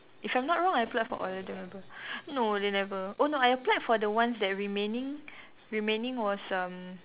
if I'm not wrong I applied for all I don't remember no they never oh no I applied for the ones that remaining remaining was um